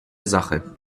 sache